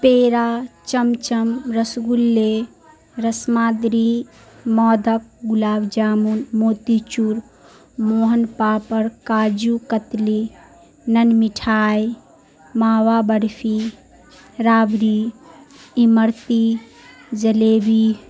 پیرا چمچم رسگلے رسمادری مودک گلاب جامن موتی چور موہن پاپڑ کاجو قتلی نن مٹھائی ماوا برفی رابری امرتی جلیبی